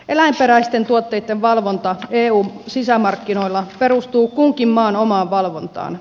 eläinperäisten tuotteitten valvonta eun sisämarkkinoilla perustuu kunkin maan omaan valvontaan